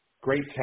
great